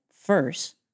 first